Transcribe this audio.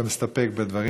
אתה רוצה להעביר לוועדה?